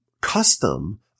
custom